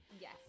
Yes